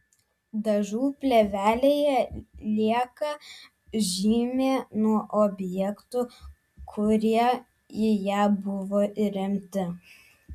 dažų plėvelėje lieka žymė nuo objektų kurie į ją buvo įremti